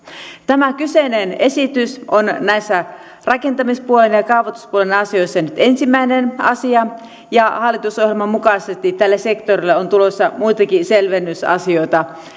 tämä kyseinen esitys on näissä rakentamispuolen ja ja kaavoituspuolen asioissa nyt ensimmäinen asia hallitusohjelman mukaisesti tälle sektorille on tulossa muitakin selvennysasioita